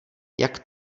jak